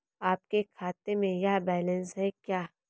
आपके खाते में यह बैलेंस है क्या?